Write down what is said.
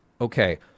okay